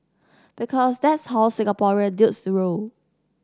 because that's how Singaporean dudes roll